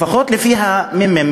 לפחות לפי הממ"מ,